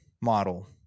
model